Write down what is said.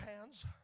hands